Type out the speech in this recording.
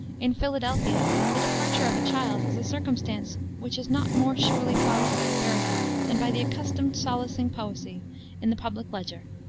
in philadelphia, the departure of a child is a circumstance which is not more surely followed by a burial than by the accustomed solacing poesy in the public ledger.